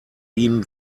ihm